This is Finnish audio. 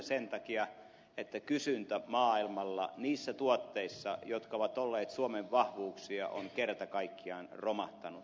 sen takia että kysyntä maailmalla niissä tuotteissa jotka ovat olleet suomen vahvuuksia on kerta kaikkiaan romahtanut